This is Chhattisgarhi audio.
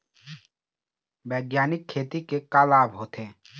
बैग्यानिक खेती के का लाभ होथे?